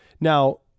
Now